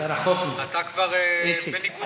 אתה כבר בניגוד עניינים.